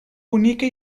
bonica